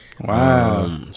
Wow